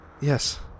Yes